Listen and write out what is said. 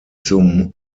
zum